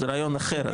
זה רעיון אחר,